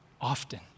often